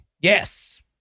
Yes